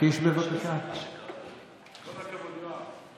יש את ועדת החוץ והביטחון,